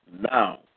now